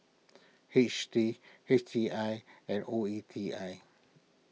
H T H T I and O E T I